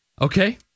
Okay